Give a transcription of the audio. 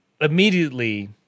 Immediately